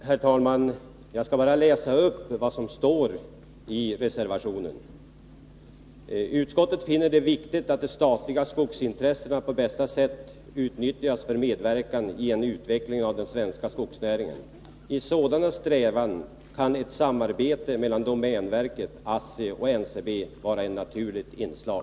Herr talman! Jag skall bara läsa upp vad som står i reservationen: ”Utskottet finner det viktigt att de statliga skogsintressena på bästa sätt utnyttjas för medverkan i en utveckling av den svenska skogsnäringen. I sådana strävanden kan ett samarbete mellan domänverket, ASSI och NCB vara ett naturligt inslag.”